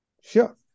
Sure